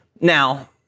Now